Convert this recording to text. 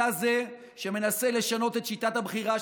אתה זה שמנסה לשנות את שיטת הבחירה,